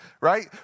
right